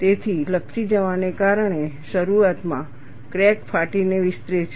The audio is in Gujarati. તેથી લપસી જવાને કારણે શરૂઆતમાં ક્રેક ફાટીને વિસ્તરે છે